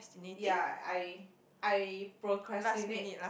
ya I I procrastinate